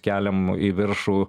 keliam į viršų